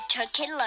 Turkey